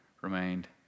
remained